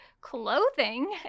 clothing